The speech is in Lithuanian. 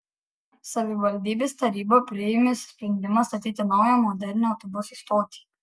savivaldybės taryba priėmė sprendimą statyti naują modernią autobusų stotį